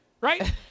right